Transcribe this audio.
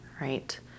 right